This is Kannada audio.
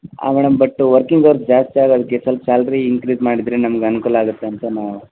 ಹಾಂ ಮೇಡಮ್ ಬಟ್ ವರ್ಕಿಂಗ್ ಅವರ್ಸ್ ಜಾಸ್ತಿ ಆಗದ್ಕೆ ಸೊಲ್ಪ ಸ್ಯಾಲ್ರಿ ಇನ್ಕ್ರೀಸ್ ಮಾಡಿದರೆ ನಮ್ಗ ಅನುಕೂಲ ಆಗತ್ತೆ ಅಂತ ನಾವು